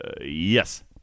Yes